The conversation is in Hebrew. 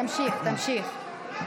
תמשיך, תמשיך.